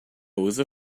usa